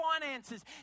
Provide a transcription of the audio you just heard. finances